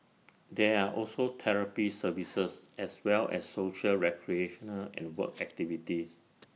there are also therapy services as well as social recreational and work activities